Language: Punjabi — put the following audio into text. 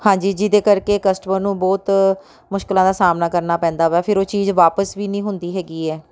ਹਾਂਜੀ ਜਿਹਦੇ ਕਰਕੇ ਕਸਟਮਰ ਨੂੰ ਬਹੁਤ ਮੁਸ਼ਕਿਲਾਂ ਦਾ ਸਾਹਮਣਾ ਕਰਨਾ ਪੈਂਦਾ ਵਾ ਫਿਰ ਉਹ ਚੀਜ਼ ਵਾਪਸ ਵੀ ਨਹੀਂ ਹੁੰਦੀ ਹੈਗੀ ਐ